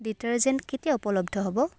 detergent কেতিয়া উপলব্ধ হ'ব